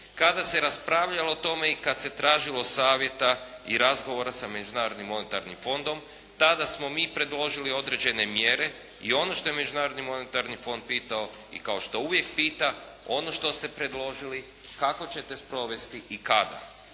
Kada se raspravljalo o tome i kad se tražilo savjeta i razgovora sa Međunarodnim monetarnim fondom tada smo mi predložili određene mjere i ono što je Međunarodni monetarni fond pitao i kao što uvijek pita ono što ste predložili kako ćete sprovesti i kada,